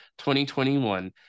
2021